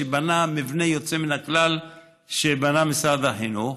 במבנה יוצא מן הכלל שבנה משרד החינוך,